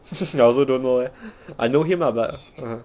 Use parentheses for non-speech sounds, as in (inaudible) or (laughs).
(laughs) ya I also don't know eh I know him lah but (uh huh)